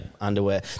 underwear